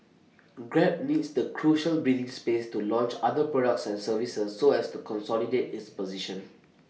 grab needs the crucial breathing space to launch other products and services so as to consolidate its position